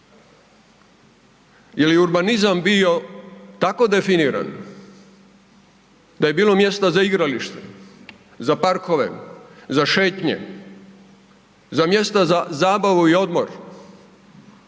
Je li urbanizam bio tako definiran da je bilo mjesta za igralište, za parkove, za šetnje, za mjesta za zabavu i odmor,